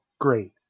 Great